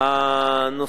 הנושא,